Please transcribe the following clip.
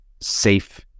safe